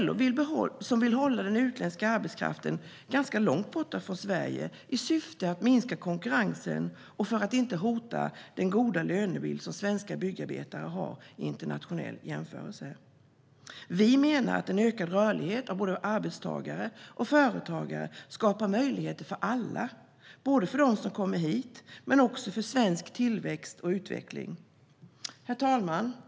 LO vill hålla den utländska arbetskraften ganska långt borta från Sverige, i syfte att minska konkurrensen och inte hota den goda lönebild svenska byggarbetare har i en internationell jämförelse. Vi menar att en ökad rörlighet för både arbetstagare och företagare skapar möjligheter för alla, både för dem som kommer hit och för svensk tillväxt och utveckling. Herr talman!